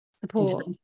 support